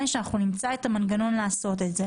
אנחנו נשקול את העניין של סוג הבדיקות והאם להיכנס לזה.